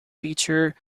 feature